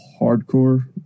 hardcore